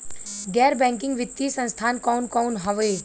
गैर बैकिंग वित्तीय संस्थान कौन कौन हउवे?